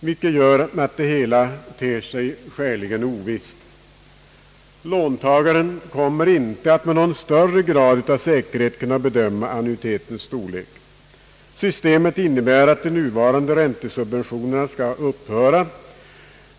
— vilket gör att det hela ter sig skäligen ovisst. Låntagaren kommer inte att med någon större grad av säkerhet kunna bedöma annuitetens storlek. Systemet innebär att de nuvarande räntesubventionerna skall upphöra.